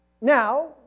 Now